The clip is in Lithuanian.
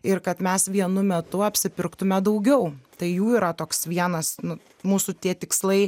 ir kad mes vienu metu apsipirktume daugiau tai jų yra toks vienas nu mūsų tie tikslai